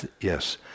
yes